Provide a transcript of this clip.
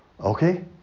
Okay